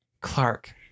Clark